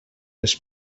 les